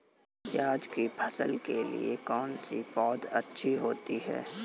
प्याज़ की फसल के लिए कौनसी पौद अच्छी होती है?